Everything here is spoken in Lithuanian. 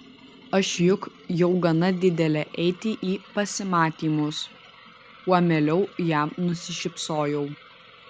aš juk jau gana didelė eiti į pasimatymus kuo meiliau jam nusišypsojau